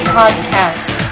podcast